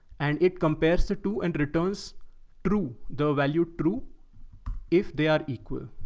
and it compares the two and returns true, the value true if they are equal.